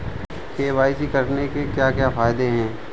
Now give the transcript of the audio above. KYC करने के क्या क्या फायदे हैं?